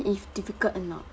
if difficult or not